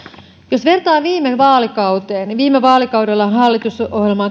jos vertaa viime vaalikauteen niin viime vaalikaudella hallitusohjelmaan